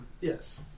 Yes